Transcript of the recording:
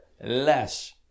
less